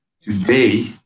Today